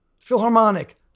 Philharmonic